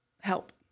help